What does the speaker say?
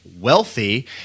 wealthy